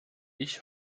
ich